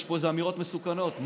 יש פה אמירות מסוכנות.